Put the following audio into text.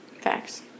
facts